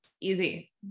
Easy